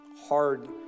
hard